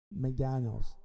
McDaniels